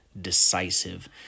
decisive